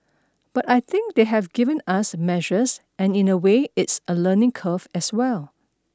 but I think they have given us measures and in a way it's a learning curve as well